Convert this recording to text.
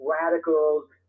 radicals